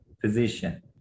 physician